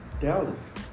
Dallas